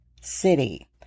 city